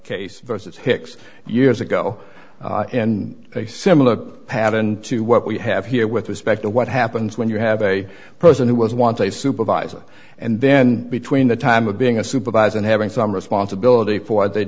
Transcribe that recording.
case versus hicks years ago and a similar pattern to what we have here with respect to what happens when you have a person who was once a supervisor and then between the time of being a supervisor and having some responsibility for